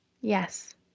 Yes